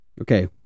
Okay